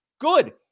Good